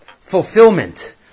fulfillment